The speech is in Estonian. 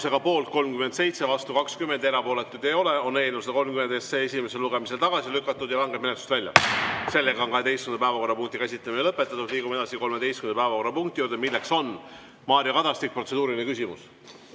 Mario Kadastik, protseduuriline küsimus.